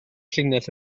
llinell